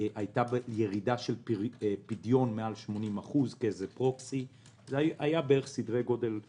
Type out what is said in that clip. הייתה ירידה של פדיון מעל 80%. היו בערך סדרי גודל דומים.